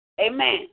Amen